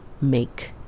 make